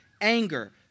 anger